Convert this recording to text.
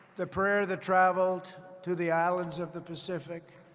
the prayer that traveled to the islands of the pacific,